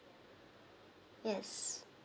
yes